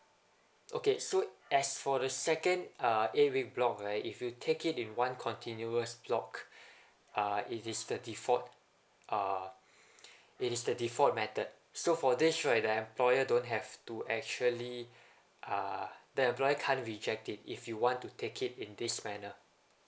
okay so as for the second uh eight week block right if you take it in one continuous block uh it is the default uh it is the default method so for this right the employer don't have to actually uh the employer can't reject it if you want to take it in this manner